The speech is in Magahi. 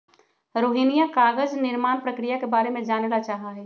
रोहिणीया कागज निर्माण प्रक्रिया के बारे में जाने ला चाहा हई